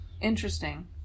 Interesting